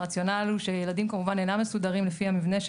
הרציונל הוא שילדים כמובן אינם מסודרים לפי המבנה של